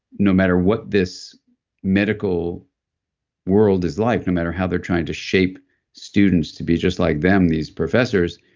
no matter what this medical world is like, no matter how they're trying to shape students to be just like them, these professors,